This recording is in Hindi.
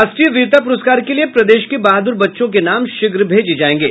राष्ट्रीय वीरता प्रस्कार के लिये प्रदेश के बहादुर बच्चों के नाम शीघ्र भेजे जायेंगे